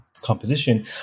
composition